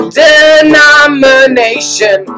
denomination